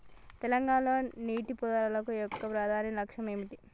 తెలంగాణ లో నీటిపారుదల యొక్క ప్రధాన లక్ష్యం ఏమిటి?